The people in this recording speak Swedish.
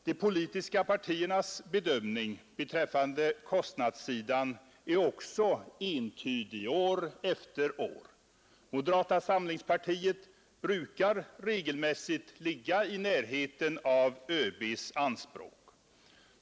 De politiska partiernas bedömning beträffande kostnadssidan är också entydig år efter år. Moderata samlingspartiet brukar regelmässigt ligga i närheten av ÖB:s anspråk.